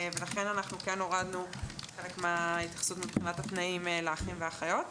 ולכן אנחנו כן הורדנו חלק מההתייחסות מבחינת התנאים לאחים ולאחיות,